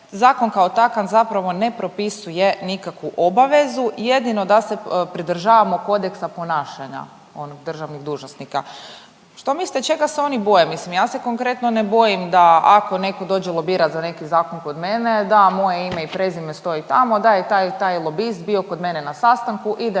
zakon kao takav zapravo ne propisuje nikakvu obavezu, jedino da se pridržavamo kodeksa ponašanja onog državnih dužnosnika. Što mislite čega se oni boje? Mislim ja se konkretno ne bojim da ako neko dođe lobirat za neki zakon kod mene, da moje ime i prezime stoji tamo, da je taj i taj lobist bio kod mene na sastanku i da je